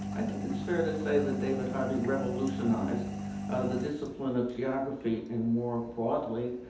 i think it's fair to say that david harvey revolutionized the discipline of geography and, more broadly,